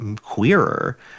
queerer